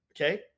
okay